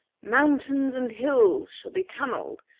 mountains and hills shall be tunnelled,